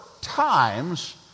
times